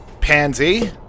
Pansy